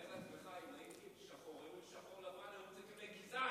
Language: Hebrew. תאר לעצמך אם הייתי אומר שחור, שחור לבן, גזען.